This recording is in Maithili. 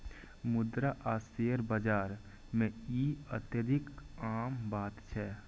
मुद्रा आ शेयर बाजार मे ई अत्यधिक आम बात छै